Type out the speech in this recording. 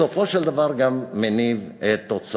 בסופו של דבר גם מניב תוצאות.